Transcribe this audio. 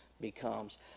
becomes